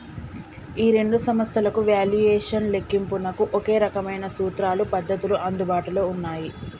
ఈ రెండు సంస్థలకు వాల్యుయేషన్ లెక్కింపునకు ఒకే రకమైన సూత్రాలు పద్ధతులు అందుబాటులో ఉన్నాయి